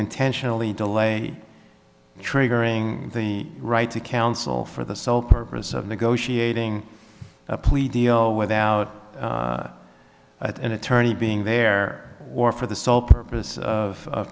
intentionally delay triggering the right to counsel for the sole purpose of negotiating a plea deal without an attorney being there or for the sole purpose of